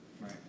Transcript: Right